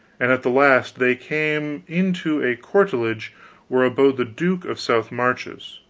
and at the last they came into a courtelage where abode the duke of south marches,